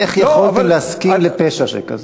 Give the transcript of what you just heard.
אבל, איך יכולתם להסכים לפשע שכזה?